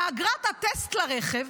מאגרת הטסט לרכב,